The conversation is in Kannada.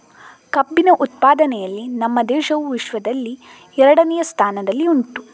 ಕಬ್ಬಿನ ಉತ್ಪಾದನೆಯಲ್ಲಿ ನಮ್ಮ ದೇಶವು ವಿಶ್ವದಲ್ಲಿ ಎರಡನೆಯ ಸ್ಥಾನದಲ್ಲಿ ಉಂಟು